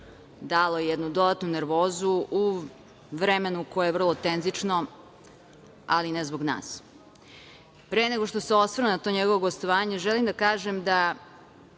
dalo jednu dodatnu nervozu, u vremenu koje je vrlo tenzično, ali ne zbog nas. Pre nego što se osvrnem na to njegovo gostovanje, želim da kažem da